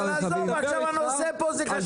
אבל הנושא עכשיו זה הרכב החשמלי.